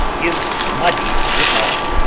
is muddied withal.